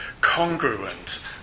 congruent